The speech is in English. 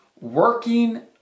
Working